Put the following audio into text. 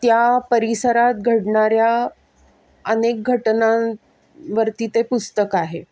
त्या परिसरात घडणाऱ्या अनेक घटनांवरती ते पुस्तक आहे